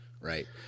right